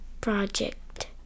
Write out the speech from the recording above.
Project